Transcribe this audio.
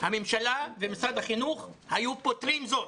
הממשלה ומשרד החינוך היו פותרים זאת.